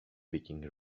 viking